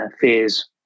Fears